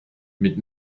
mit